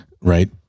right